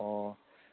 ꯑꯣ